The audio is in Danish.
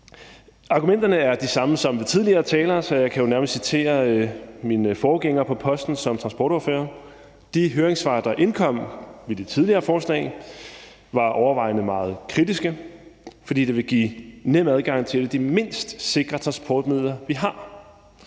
Argumenterne er de samme som ved tidligere taler, så jeg kan jo nærmest citere min forgænger på posten som transportordfører. De høringssvar, der indkom ved de tidligere forslag, var overvejende meget kritiske, fordi det ville give nem adgang til et af de mindst sikre transportmidler, vi har.